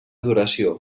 duració